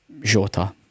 Jota